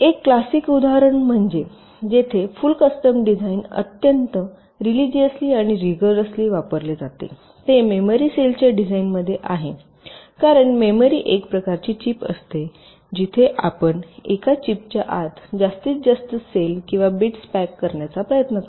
एक क्लासिक उदाहरण जेथे फुल कस्टम डिझाइन अत्यंत रिलिजिअसली आणि रिगरसली वापरले जाते ते मेमरी सेलच्या डिझाइनमध्ये आहे कारण मेमरी एक प्रकारची चिप असते जिथे आपण एका चिपच्या आत जास्तीत जास्त सेल किंवा बिट्स पॅक करण्याचा प्रयत्न करता